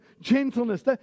gentleness